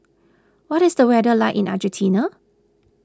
what is the weather like in Argentina